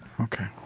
Okay